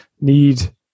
need